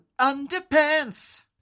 underpants